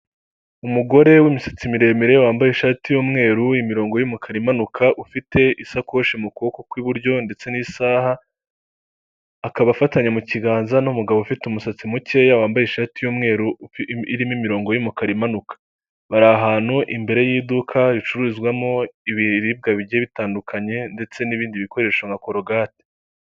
Umugore w'imisatsi miremire wambaye ishati y'umweru imirongo y'umukara imanuka, ufite isakoshi mu kuboko kw'iburyo ndetse n'isaha, akaba afatanye mu kiganza n'umugabo ufite umusatsi mukeya wambaye ishati y'umweru irimo imirongo y'umukara imanuka, bari ahantu imbere y'iduka ricuruzwamo ibiribwa bigiye bitandukanye ndetse n'ibindi bikoresho nka korogate.